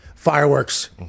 fireworks